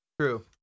True